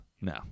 no